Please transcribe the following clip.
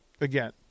again